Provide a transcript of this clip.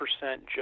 percent